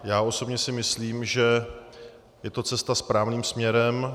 Já osobně si myslím, že je to cesta správným směrem.